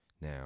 Now